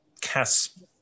cast